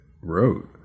wrote